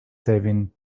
saving